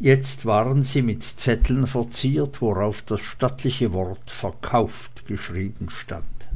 jetzt waren sie mit zetteln verziert worauf das stattliche wort verkauft geschrieben stand